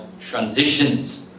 transitions